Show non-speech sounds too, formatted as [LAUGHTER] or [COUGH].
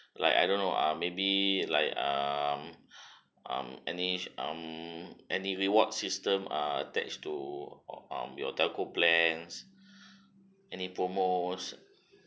like I don't know ah maybe like um [BREATH] um any um any reward system are attached to or um your telco plans [BREATH] any promos